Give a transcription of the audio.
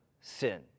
Sin